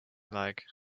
like